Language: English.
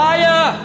Fire